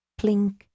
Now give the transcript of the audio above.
Plink